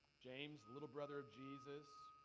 james little brother jesus